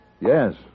Yes